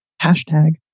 Hashtag